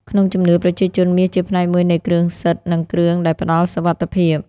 ក្នុងជំនឿប្រជាជន មាសជាផ្នែកមួយនៃគ្រឿងសិទ្ធិ ឬគ្រឿងដែលផ្តល់សុវត្ថិភាព។